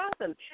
awesome